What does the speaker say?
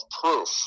proof